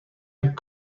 had